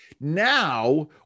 Now